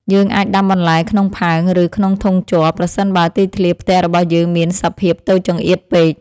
យើងអាចដាំបន្លែក្នុងផើង ឬក្នុងធុងជ័រ ប្រសិនបើទីធ្លាផ្ទះរបស់យើងមានសភាពតូចចង្អៀតពេក។